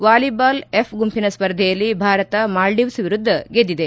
volleyball F ಗುಂಪಿನ ಸ್ಪರ್ಧೆಯಲ್ಲಿ ಭಾರತ ಮಾಲ್ಡೀವ್ಸ್ ವಿರುದ್ಧ ಗೆದ್ದಿದೆ